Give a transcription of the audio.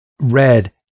Red